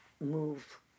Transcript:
move